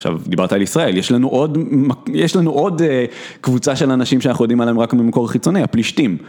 עכשיו, דיברת על ישראל, יש לנו עוד קבוצה של אנשים שאנחנו יודעים עליהם רק ממקור החיצוני, הפלישתים.